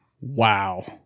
Wow